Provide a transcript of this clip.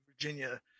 Virginia